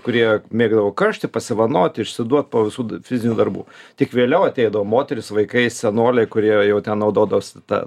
kurie mėgdavo karštį pasivanoti išsiduot po visų fizinių darbų tik vėliau ateidavo moterys vaikai senoliai kurie jau ten naudodavosi ta